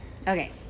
Okay